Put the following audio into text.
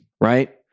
right